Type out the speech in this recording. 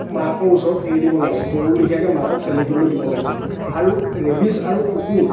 মাকৰ ওচৰত এৰি দিব লাগে গৰুৰ লেখীয়াকে মাকক চেলেকিবলৈ দিব লাগে আৰু ৰেবিচ আৰু কুকুৰ